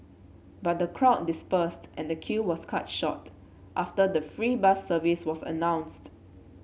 but the crowd dispersed and the queue was cut short after the free bus service was announced